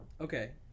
Okay